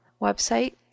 website